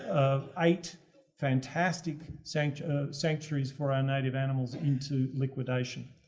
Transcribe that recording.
eight fantastic sanctuary, sanctuaries for our native animals into liquidation